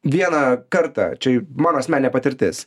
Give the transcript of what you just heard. vieną kartą čia jau mano asmeninė patirtis